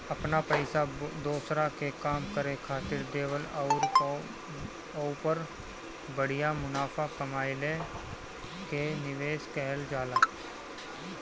अपन पइसा दोसरा के काम करे खातिर देवल अउर ओहपर बढ़िया मुनाफा कमएला के निवेस कहल जाला